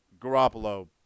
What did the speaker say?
Garoppolo